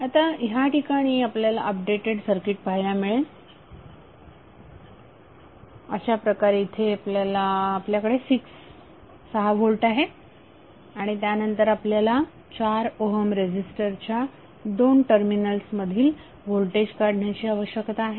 आता या ठिकाणी आपल्याला अपडेटेड सर्किट पाहायला मिळेल अशाप्रकारे इथे आपल्याकडे 6 व्होल्ट आहे आणि त्यानंतर आपल्याला 4 ओहम रेझीस्टरच्या दोन टर्मिनल्स मधील व्होल्टेज काढण्याची आवश्यकता आहे